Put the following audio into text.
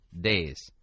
days